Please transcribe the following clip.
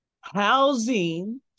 housing